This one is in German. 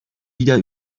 wieder